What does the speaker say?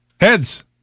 Heads